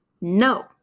No